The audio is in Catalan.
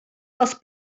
els